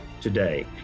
today